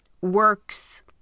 works